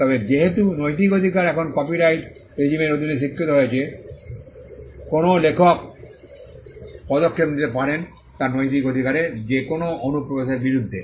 তবে যেহেতু নৈতিক অধিকার এখন কপিরাইট রেজিমের অধীনে স্বীকৃত হয়েছে কোনও লেখক পদক্ষেপ নিতে পারেন তার নৈতিক অধিকারের যে কোনও অনুপ্রবেশের বিরুদ্ধে